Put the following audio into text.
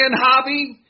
Hobby